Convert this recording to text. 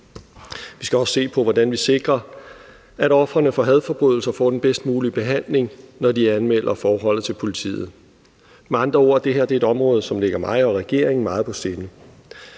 Vi skal også se på, hvordan vi sikrer, at ofrene for hadforbrydelser får den bedst mulige behandling, når de anmelder forholdet til politiet. Det her er med andre ord et område, som ligger mig og regeringen meget på sinde.